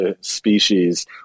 species